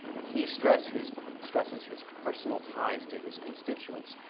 he stresses his stresses his personal ties to his constituents,